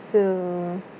so